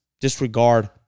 disregard